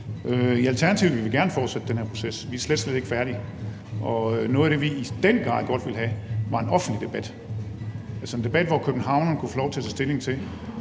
I Alternativet vil vi gerne fortsætte den her proces. Vi er slet, slet ikke færdige, og noget af det, vi i den grad godt ville have, var en offentlig debat, altså en debat, hvor københavnerne kunne få lov til at tage stilling til,